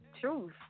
truth